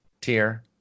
tier